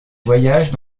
voyages